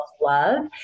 love